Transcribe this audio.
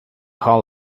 hull